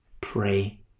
pray